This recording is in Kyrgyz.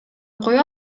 кое